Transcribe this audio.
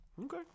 Okay